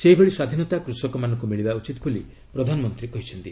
ସେହିଭଳି ସ୍ୱାଧୀନତା କୃଷକମାନଙ୍କୁ ମିଳିବା ଉଚିତ୍ ବୋଲି ପ୍ରଧାନମନ୍ତ୍ରୀ କହିଛନ୍ତି